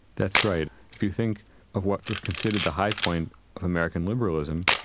that's right. if you think of what is considered the high point of american liberalism,